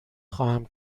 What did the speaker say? خواهم